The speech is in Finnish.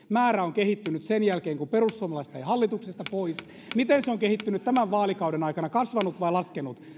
määrä on kehittynyt sen jälkeen kun perussuomalaiset jäivät hallituksesta pois miten se hakijoiden määrä on kehittynyt tämän vaalikauden aikana kasvanut vai laskenut